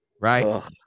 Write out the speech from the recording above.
right